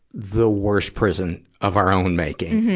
the worst prison of our own making.